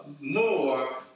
more